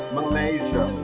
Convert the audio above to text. Malaysia